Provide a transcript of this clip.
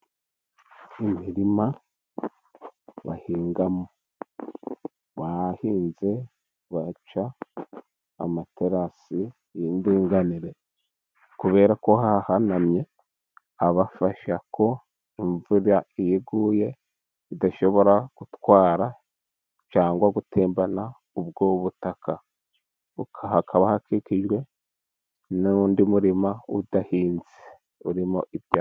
Imirima bahingamo, bahinze baca amaterasi y'indinganire, kubera ko hahanamye abafasha ko imvura iguye idashobora gutwara cyangwa gutembana ubwo butaka, hakaba hakikijwe n'undi murima udahinze urimo ibyapa.